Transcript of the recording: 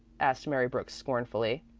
asked mary brooks scornfully.